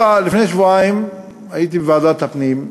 לפני שבועיים הייתי בוועדת הפנים,